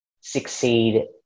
succeed